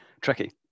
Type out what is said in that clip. tricky